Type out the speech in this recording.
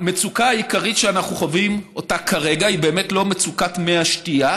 המצוקה העיקרית שאנחנו חווים כרגע היא באמת לא מצוקת מי השתייה